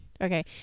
Okay